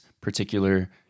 particular